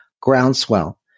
Groundswell